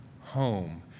home